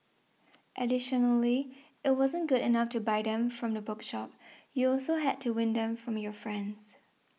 additionally it wasn't good enough to buy them from the bookshop you also had to win them from your friends